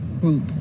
group